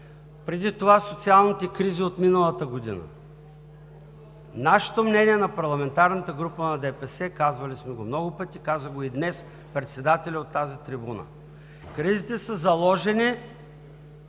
Преди това социалните кризи от миналата година. Нашето мнение, на парламентарната група на ДПС, казвали сме го много пъти, каза го и днес председателят от тази трибуна: кризите са заложени